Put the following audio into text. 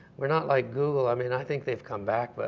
we're not like google, i mean i think they've come back, but